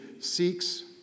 seeks